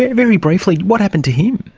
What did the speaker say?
ah very briefly, what happened to him?